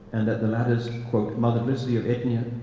and that the latter, quote, multiplicity of etnia,